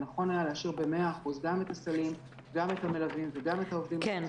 היה נכון להשאיר במאת אחוזים גם את הסלים וגם את המלווים וגם את